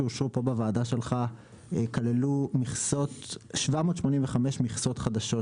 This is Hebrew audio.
שאושרו פה בוועדה שלך; כללו 785 מכסות חדשות,